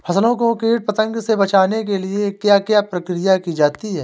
फसलों को कीट पतंगों से बचाने के लिए क्या क्या प्रकिर्या की जाती है?